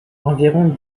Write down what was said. environ